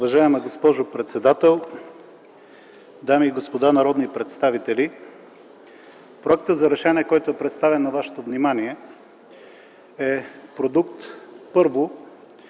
Уважаема госпожо председател, дами и господа народни представители! Проектът за решение, който представям на вашето внимание, е продукт, първо,